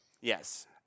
Yes